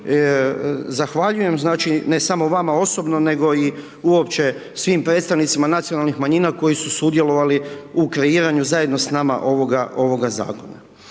zahvaljujem, znači, ne samo vama osobno, nego i uopće svim predstavnicima nacionalnih manjina koji su sudjelovali u kreiranju, zajedno s nama ovoga, ovoga